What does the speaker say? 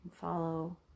follow